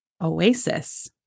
Oasis